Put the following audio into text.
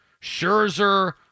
Scherzer